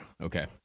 okay